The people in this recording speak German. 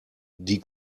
die